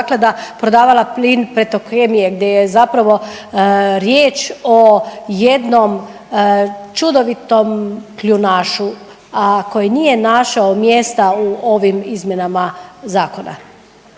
zaklada prodavala plin Petrokemije gdje je zapravo riječ o jednom čudovitom kljunašu, a koji nije našao mjesta u ovim izmjenama zakona.